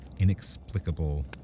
inexplicable